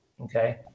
okay